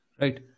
Right